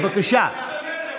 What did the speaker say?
בבקשה.